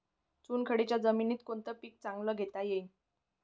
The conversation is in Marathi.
चुनखडीच्या जमीनीत कोनतं पीक चांगलं घेता येईन?